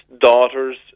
daughters